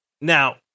Now